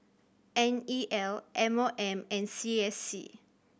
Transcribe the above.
N E L M O M and C S C